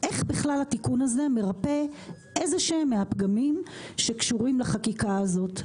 איך בכלל התיקון הזה מרפא איזה שהם מהפגמים שקשורים לחקיקה הזאת?